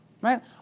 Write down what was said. Right